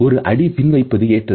ஒரு அடி பின் வைப்பது ஏற்றது